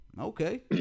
Okay